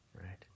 right